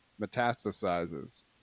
metastasizes